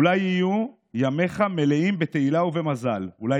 / אולי יהיו ימיך מלאים בתהילה ובמזל / אולי